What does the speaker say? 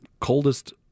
coldest